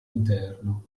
interno